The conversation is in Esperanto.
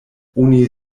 oni